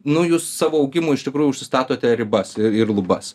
nu jūs savo augimui iš tikrųjų užsistatote ribas ir lubas